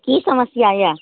की समस्या यै